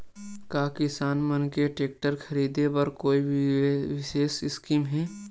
का किसान मन के टेक्टर ख़रीदे बर कोई विशेष स्कीम हे?